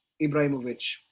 ibrahimovic